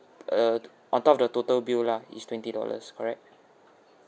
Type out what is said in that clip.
err on top of the total bill lah is twenty dollars correct